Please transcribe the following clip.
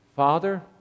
Father